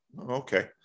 Okay